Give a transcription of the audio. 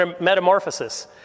Metamorphosis